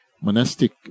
monastic